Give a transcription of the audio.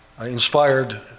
inspired